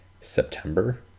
september